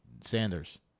Sanders